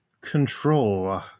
control